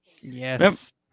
Yes